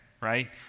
right